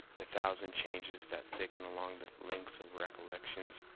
the thousand changes that thicken along the links of recollections,